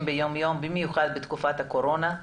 באופן יומיומי ובמיוחד בתקופת הקורונה.